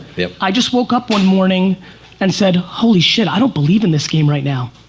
yep. i just woke up one morning and said holy shit, i don't believe in this game right now,